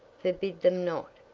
forbid them not,